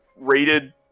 rated